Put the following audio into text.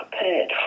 prepared